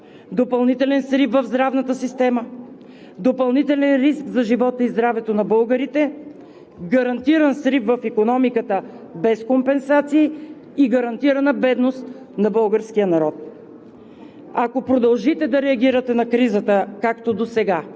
Всичко друго е допълнителен хаос, допълнителен срив в здравната система, допълнителен риск за живота и здравето на българите, гарантиран срив в икономиката без компенсации и гарантирана бедност на българския народ.